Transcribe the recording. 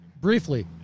Briefly